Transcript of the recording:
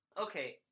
Okay